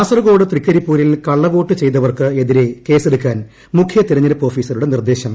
കാസർകോട് തൃക്കരിപ്പൂരിൽ കള്ളവോട്ട് ചെയ്തവർക്ക് എതിരെ കേസെടുക്കാൻ മുഖ്യ തെരഞ്ഞെടുപ്പ് ഓഫീസ റുടെ നിർദേശം